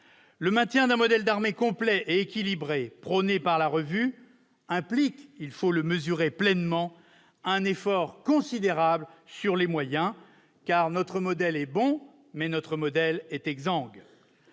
Le maintien d'un modèle d'armée complet et équilibré, prôné par la revue, implique, il faut le mesurer pleinement, un considérable effort sur les moyens, car le modèle est bon, mais il est exsangue